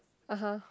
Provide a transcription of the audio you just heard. (uh huh)